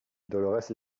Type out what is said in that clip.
dolorès